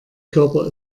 körper